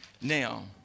now